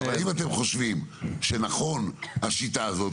האם אתם חושבים שהשיטה הזאת נכונה?